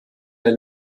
der